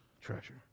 treasure